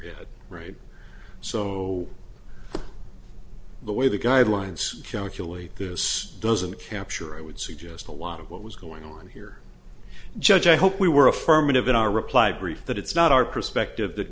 head right so the way the guidelines goose doesn't capture it would suggest a lot of what was going on here judge i hope we were affirmative in our reply brief that it's not our perspective that